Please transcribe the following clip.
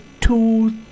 two